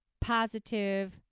positive